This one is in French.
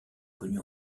connue